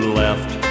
left